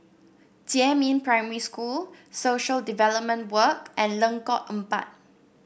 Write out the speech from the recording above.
Jiemin Primary School Social Development Work and Lengkong Empat